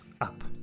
up